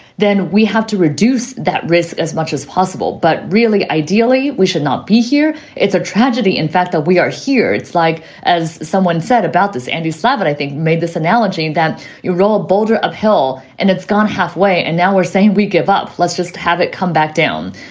then we have to reduce that risk as much as possible. but really, ideally, we should not be here. it's a tragedy, in fact, that we are here. it's like, as someone said about this, andy slavitt, i think, made this analogy that real ah boulder uphill and it's gone halfway. and now we're saying we give up. let's just have it come back down.